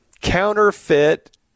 counterfeit